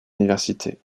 université